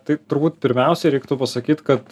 tai turbūt pirmiausia reiktų pasakyt kad